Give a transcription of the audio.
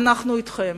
אנחנו אתכם.